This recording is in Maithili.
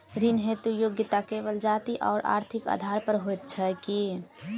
ऋण हेतु योग्यता केवल जाति आओर आर्थिक आधार पर होइत छैक की?